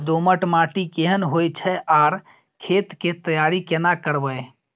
दोमट माटी केहन होय छै आर खेत के तैयारी केना करबै?